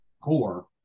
core